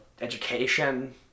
education